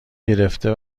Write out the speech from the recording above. گرفته